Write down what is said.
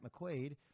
McQuaid